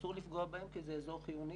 אסור לפגוע בהם כי זה אזור חיוני,